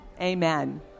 Amen